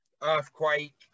Earthquake